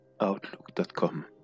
outlook.com